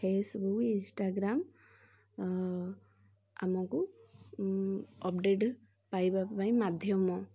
Facebook Instagram ଆମକୁ update ପାଇବା ପାଇଁ ମାଧ୍ୟମ